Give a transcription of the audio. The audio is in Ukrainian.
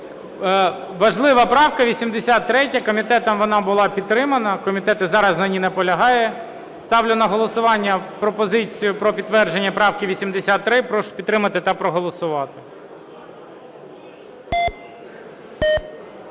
Важлива правка 83-я. Комітетом вона була підтримана. Комітет зараз на ній наполягає. Ставлю на голосування пропозицію про підтвердження правки 83. Прошу підтримати та проголосувати.